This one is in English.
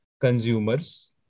consumers